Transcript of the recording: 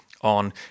on